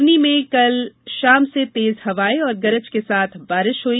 सिवनी में कल में शाम से तेज हवाएं और गरज के साथ बारिश हई